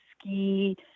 ski